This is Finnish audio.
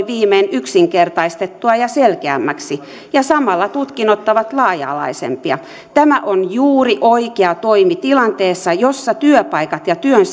viimein yksinkertaistettua ja selkeämmäksi ja samalla tutkinnot ovat laaja alaisempia tämä on juuri oikea toimi tilanteessa jossa työpaikat ja työn